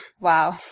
Wow